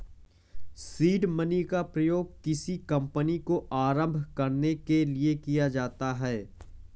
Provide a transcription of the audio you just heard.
seed money का प्रयोग किसी कंपनी को आरंभ करने के लिए किया जाता है